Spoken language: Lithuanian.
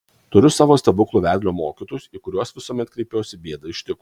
turiu savo stebuklų vedlio mokytojus į kuriuos visuomet kreipiuosi bėdai ištikus